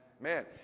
Man